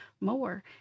more